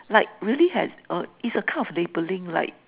like really has a it is a kind of labeling like